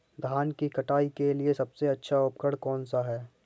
धान की कटाई के लिए सबसे अच्छा उपकरण कौन सा है?